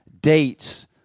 dates